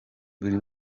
buri